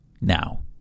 Now